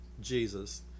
jesus